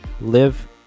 live